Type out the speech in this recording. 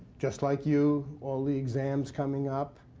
just like you, all the exams coming up.